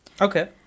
Okay